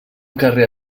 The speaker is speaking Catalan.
carrer